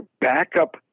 backup